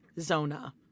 Zona